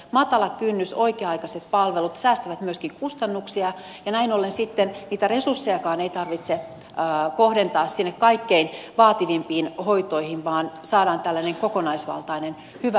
matala kynnys oikea aikaiset palvelut säästävät myöskin kustannuksia ja näin ollen sitten niitä resurssejakaan ei tarvitse kohdentaa sinne kaikkein vaativimpiin hoitoihin vaan saadaan tällainen kokonaisvaltainen hyvä lähestymistapa